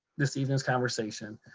this evening's conversation.